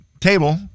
table